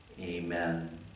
Amen